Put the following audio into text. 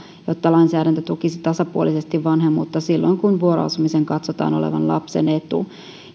jotta lainsäädäntö tukisi tasapuolisesti vanhemmuutta silloin kun vuoroasumisen katsotaan olevan lapsen etu